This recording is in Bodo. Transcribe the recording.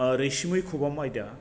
रैसुमै खबाम आयदा